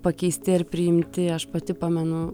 pakeisti ar priimti aš pati pamenu